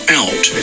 out